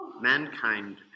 mankind